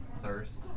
thirst